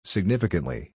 Significantly